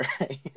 right